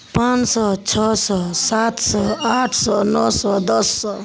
पाँच सए छओ सए सात सए आठ सए नओ सए दस सए